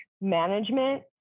management